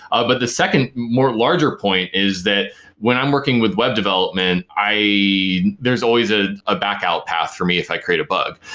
ah but the second, more larger point is that when i'm working with web development, i there's always ah a back out path for me if i create a bug.